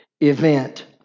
event